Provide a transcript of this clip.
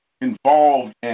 involved